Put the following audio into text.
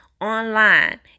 online